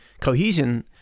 cohesion